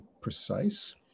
precise